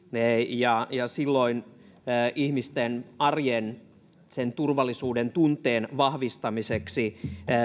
ja silloin ihmisten arjen turvallisuudentunteen vahvistamiseksi